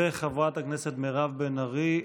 חברת הכנסת מירב בן ארי,